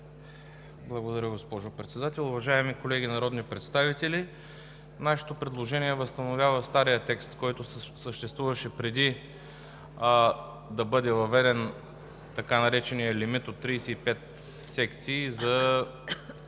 Благодаря, госпожо Председател. Уважаеми колеги народни представители! Нашето предложение възстановява стария текст, който съществуваше преди да бъде въведен така нареченият лимит от 35 секции за